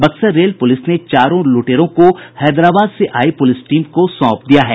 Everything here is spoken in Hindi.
बक्सर रेल पुलिस ने चारों लुटेरों को हैदराबाद से आई पुलिस टीम को सौंप दिया है